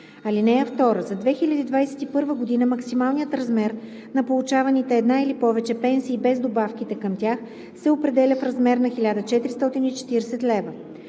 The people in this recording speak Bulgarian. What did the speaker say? (2) За 2021 г. максималният размер на получаваните една или повече пенсии без добавките към тях се определя в размер на 1440 лв.